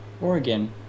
oregon